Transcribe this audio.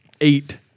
eight